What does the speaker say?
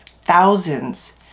thousands